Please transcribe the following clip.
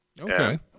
Okay